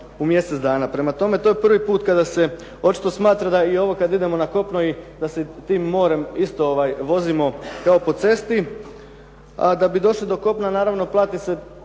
u mjesec dana. Prema tome, to je prvi put kada se očito smatra da i ovo kada idemo na kopno da se tim morem isto vozimo evo po cesti. A da bi došli do kopna naravno plati se